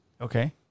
Okay